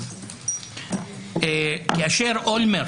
לכן אי